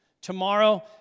Tomorrow